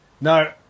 No